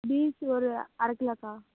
beans ஒரு அரை கிலோக்கா